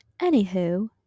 Anywho